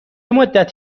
مدت